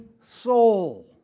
soul